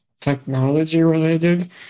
technology-related